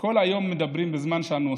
כל היום מדברים בזמן שאנו עושים,